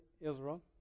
Israel